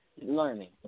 learning